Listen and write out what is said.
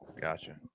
Gotcha